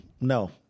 no